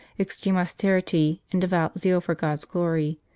extreme austerity, and devout zeal for god s glory,